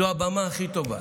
זו הבמה הכי טובה.